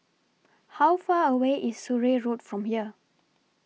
How Far away IS Surrey Road from here